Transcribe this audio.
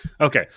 Okay